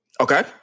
Okay